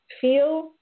feel